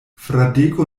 fradeko